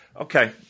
okay